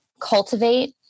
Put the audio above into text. cultivate